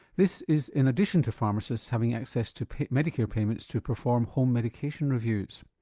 this is in addition to pharmacists having access to medicare payments to perform home medication reviews.